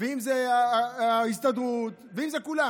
ואם זה ההסתדרות ואם זה כולם.